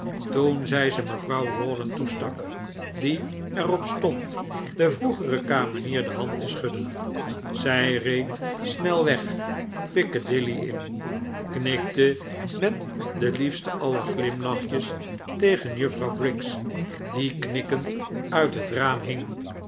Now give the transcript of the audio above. toen zij ze mevrouw rawdon toestak die er op stond de vroegere kamenier de hand te schudden zij reed snel weg piccadilly in knikte met de liefste aller glimlachjes tegen juffrouw briggs die knikkend uit het raam hing